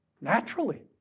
naturally